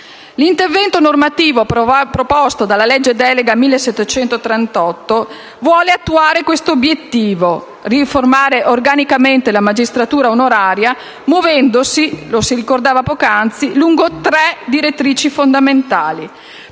L'intervento normativo proposto dal disegno di legge delega n. 1738 vuole attuare questo obiettivo: riformare organicamente la magistratura onoraria, muovendosi - come si ricordava poc'anzi - lungo tre direttrici fondamentali.